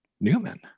newman